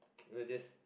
you know just